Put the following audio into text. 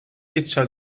guto